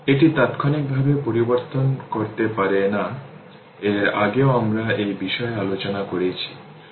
এটি তাত্ক্ষণিকভাবে পরিবর্তন করতে পারে না এর আগেও আমরা এই বিষয়ে আলোচনা করেছি